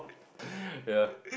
ya